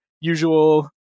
usual